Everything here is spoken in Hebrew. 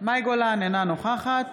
מאי גולן, אינה נוכחת